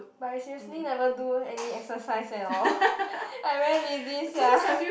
but I seriously never do any exercise at all I very lazy sia